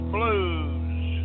Blues